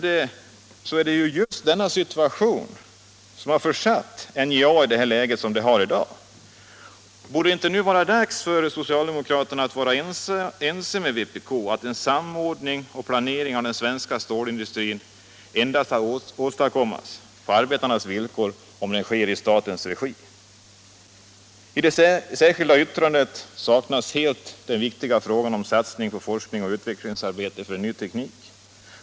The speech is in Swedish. Det är till ju detta som har försatt NJA i det läge det befinner sig i i dag. Borde inte socialdemokraterna nu kunna vara ense med vpk om att en samordning och planering av den svenska stålindustrin — på arbetarnas villkor — endast kan åstadkommas i statens regi? I det särskilda yttrandet saknas helt den viktiga frågan om satsningen på forskning och utvecklingsarbete för en ny teknik.